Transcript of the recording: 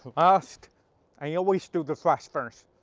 ah thrust and you always do the thrust first.